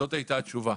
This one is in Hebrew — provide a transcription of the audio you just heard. זאת הייתה התשובה.